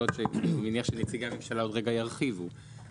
ואני מניח שנציגי הממשלה עוד רגע ירחיבו בנושא זה.